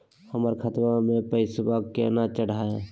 हमर खतवा मे पैसवा केना चढाई?